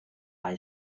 high